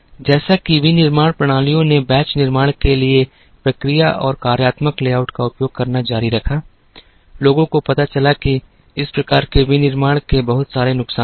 जैसा कि विनिर्माण प्रणालियों ने बैच निर्माण के लिए प्रक्रिया और कार्यात्मक लेआउट का उपयोग करना जारी रखा लोगों को पता चला कि इस प्रकार के विनिर्माण के बहुत सारे नुकसान थे